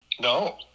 no